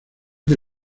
que